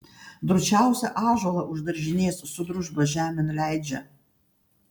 drūčiausią ąžuolą už daržinės su družba žemėn leidžia